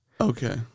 Okay